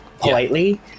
politely